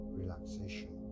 relaxation